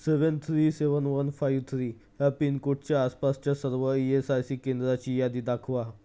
seven three seven one five three ह्या पिनकोडच्या आसपासच्या सर्व ई एस आय सी केंद्राची यादी दाखवा